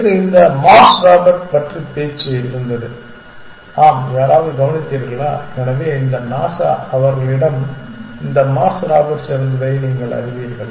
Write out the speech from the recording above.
நேற்று இந்த Mars robot பற்றி ஒரு பேச்சு இருந்தது ஆம் யாராவது கவனித்தீர்களா எனவே இந்த நாசா அவர்களிடம் இந்த மார்ஸ் ராபர்ட்ஸ் இருந்ததை நீங்கள் அறிவீர்கள்